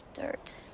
dirt